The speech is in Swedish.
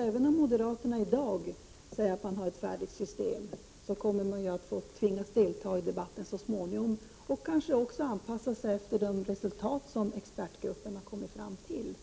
Även om moderaterna i dag säger att de har ett färdigt system, så kommer de ju att tvingas delta i debatten så småningom, och kanske också anpassa sig efter de resultat som expertgruppen har kommit fram till.